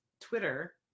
Twitter